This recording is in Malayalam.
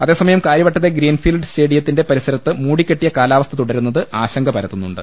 അതേസമയം കാര്യവട്ടത്തെ ഗ്രീൻ ഫീൽഡ് സ്റ്റേഡിയത്തിന്റെ പരിസരത്ത് മൂടിക്കെട്ടിയ കാലാവസ്ഥ തുടരുന്നത് ആശങ്ക പ്രുത്തുന്നുണ്ട്